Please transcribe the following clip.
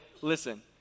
Listen